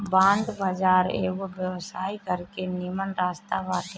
bond बाजार एगो व्यवसाय करे के निमन रास्ता बाटे